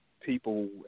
people